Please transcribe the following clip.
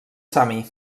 sami